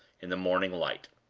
in the morning light.